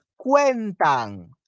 cuentan